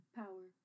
power